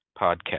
Podcast